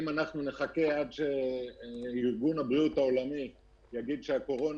אם נחכה עד שארגון הבריאות העולמי יגיד שהקורונה